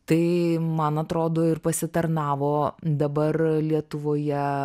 tai man atrodo ir pasitarnavo dabar lietuvoje